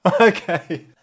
Okay